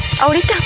Ahorita